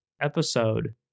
episode